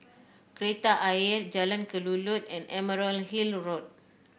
Kreta Ayer Jalan Kelulut and Emerald Hill Road